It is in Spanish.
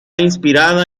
inspirada